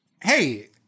Hey